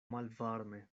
malvarme